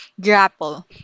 grapple